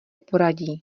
poradí